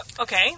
Okay